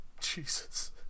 Jesus